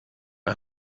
ein